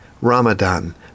Ramadan